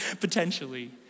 potentially